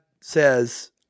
says